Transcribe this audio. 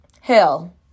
Hell